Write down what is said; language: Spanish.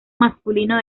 masculino